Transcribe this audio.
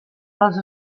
les